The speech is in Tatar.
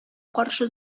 каршы